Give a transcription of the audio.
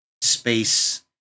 space